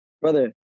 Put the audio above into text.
brother